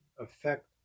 affect